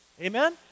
Amen